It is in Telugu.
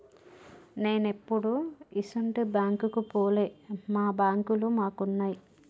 నేనెప్పుడూ ఇసుంటి బాంకుకు పోలే, మా బాంకులు మాకున్నయ్